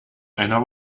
einer